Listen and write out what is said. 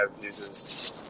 uses